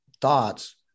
thoughts